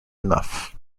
enough